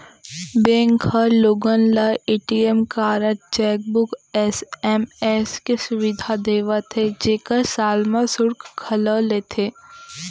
bank ह लोगन ल ए.टी.एम कारड, चेकबूक, एस.एम.एस के सुबिधा देवत हे जेकर साल म सुल्क घलौ लेथे